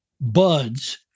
buds